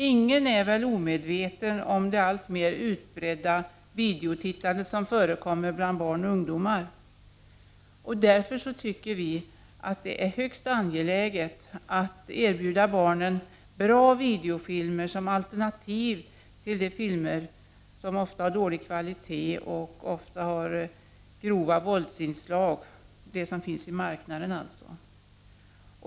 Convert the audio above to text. Ingen är väl omedveten om det alltmer utbredda videotittande som förekommer bland barn och ungdomar, och därför är det högst angeläget att barnen erbjuds bra videofilmer som alternativ till de filmer som ofta har dålig kvalitet och ofta har grova våldsinslag, dvs. de filmer som finns i marknaden.